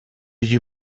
you